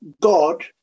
God